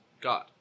god